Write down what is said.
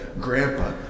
grandpa